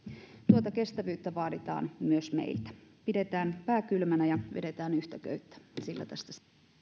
tuota kestävyyttä vaaditaan myös meiltä pidetään pää kylmänä ja vedetään yhtä köyttä sillä tästä